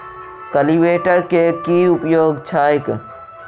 Cultivator केँ की उपयोग छैक?